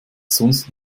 sonst